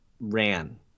ran